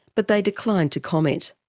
but they declined to comment.